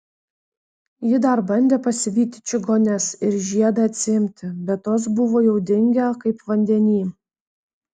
ji dar bandė pasivyti čigones ir žiedą atsiimti bet tos buvo jau dingę kaip vandeny